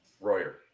Royer